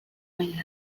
mailan